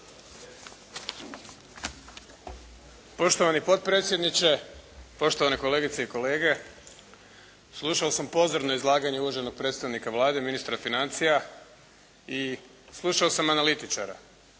Poštovani potpredsjedniče, poštovane kolegice i kolege. Slušao sam pozorno izlaganje uvaženog predstavnika Vlade, ministra financija i slušao sam analitičara.